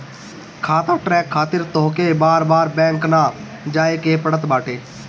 खाता ट्रैक खातिर तोहके बार बार बैंक ना जाए के पड़त बाटे